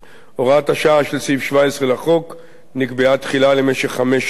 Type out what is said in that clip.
הוראת השעה של סעיף 17 לחוק נקבעה תחילה למשך חמש שנים,